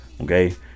Okay